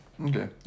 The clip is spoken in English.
Okay